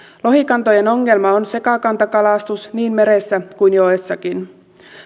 lohikantojen ongelma on sekakantakalastus niin meressä kuin joessakin